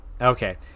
okay